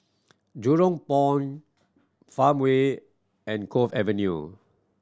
Jurong Point Farmway and Cove Avenue